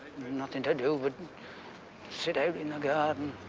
nothing to do but sit out in the garden.